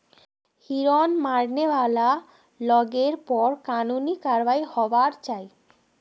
हिरन मारने वाला लोगेर पर कानूनी कारवाई होबार चाई